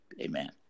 Amen